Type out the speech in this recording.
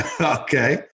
okay